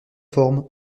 forme